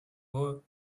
haut